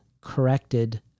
corrected